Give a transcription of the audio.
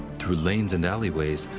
through lanes and alleyways,